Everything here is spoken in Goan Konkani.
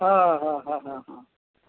हय हय हय